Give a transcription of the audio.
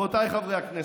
רבותיי חברי הכנסת,